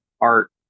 art